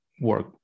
work